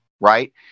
right